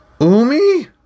Umi